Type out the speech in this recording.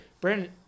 Brandon